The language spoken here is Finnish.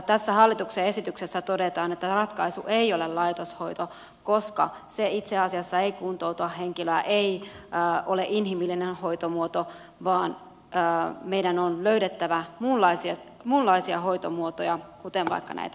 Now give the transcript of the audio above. tässä hallituksen esityksessä todetaan että ratkaisu ei ole laitoshoito koska se itse asiassa ei kuntouta henkilöä ei ole inhimillinen hoitomuoto vaan meidän on löydettävä muunlaisia hoitomuotoja kuten vaikka näitä